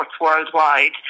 worldwide